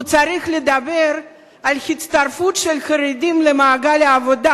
הוא צריך לדבר על הצטרפות של החרדים למעגל העבודה,